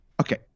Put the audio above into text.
Okay